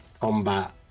combat